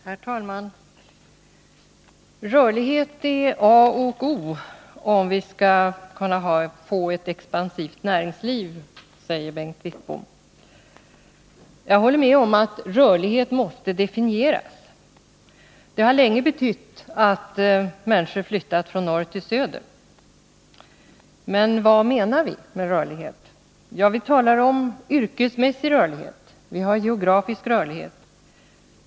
Herr talman! Rörlighet är A och O, om vi skall kunna få ett expansivt näringsliv, säger Bengt Wittbom. Jag håller med om att begreppet rörlighet måste definieras. Det har länge betytt att människor flyttar från norr till söder. Men vad menar vi med rörlighet? Vi talar om yrkesmässig rörlighet och geografisk rörlighet.